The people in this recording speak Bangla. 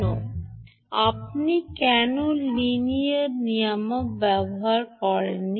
কারণ আপনি কেন লিনিয়ার নিয়ামক ব্যবহার করেন নি